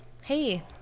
hey